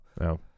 No